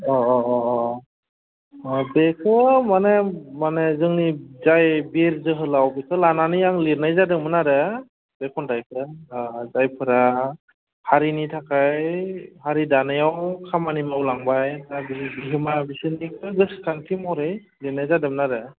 अ अ अ अ बेखौ माने जोंनि जाय बिर जोहोलाव बेखौ लानानै आं लिरनाय जादोंमोन आरो बे खन्थाइखो जायफोरा हारिनि थाखाय हारि दानायाव खामानि मावलांबाय दा बिसिनिखौ गोसोखांथि महरै लिरनाय जादोंमोन आरो